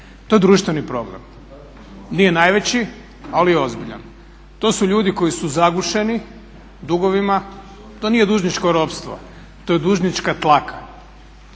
To je društveni problem, nije najveći ali ozbiljan. To su ljudi koji su zagušeni dugovima, to nije dužničko ropstvo, to je dužnička tlaka.